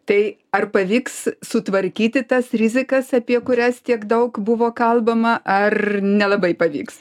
tai ar pavyks sutvarkyti tas rizikas apie kurias tiek daug buvo kalbama ar nelabai pavyks